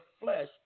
flesh